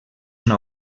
una